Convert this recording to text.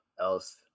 else